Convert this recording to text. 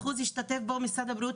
היה אחוז שהשתתף בו משרד הבריאות,